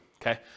Okay